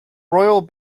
royal